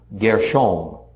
Gershom